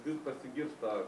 vis pasigirsta